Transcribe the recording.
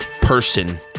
person